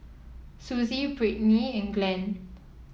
Susie Brittny and Glen